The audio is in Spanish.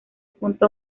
punto